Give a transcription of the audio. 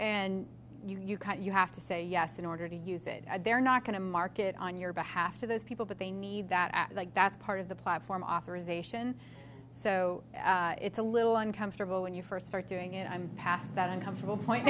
and you cut you have to say yes in order to use it they're not going to market on your behalf to those people but they need that i like that's part of the platform authorization so it's a little uncomfortable when you first start doing it i'm past that uncomfortable point